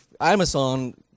Amazon